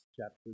chapter